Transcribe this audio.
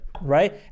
Right